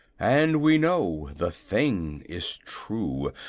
and we know the thing is true,